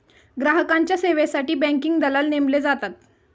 ग्राहकांच्या सेवेसाठी बँकिंग दलाल नेमले जातात